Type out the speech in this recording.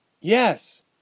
Yes